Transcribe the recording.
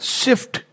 shift